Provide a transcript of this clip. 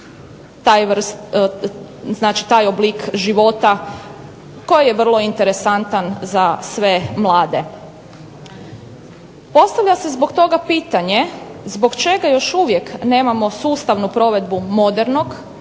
taj oblik života koji je vrlo ihnteresantan za sve mlade. Postavlja se zbog toga pitanje zbog čega još uvijek nemamo sustavnu provedbu modernog